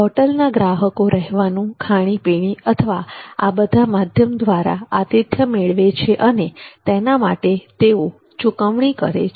હોટલના ગ્રાહકો રહેવાનું ખાણીપીણી અથવા આ બધા માધ્યમ દ્વારા આતિથ્ય મેળવે છે અને તેના માટે તેઓ ચૂકવણી કરે છે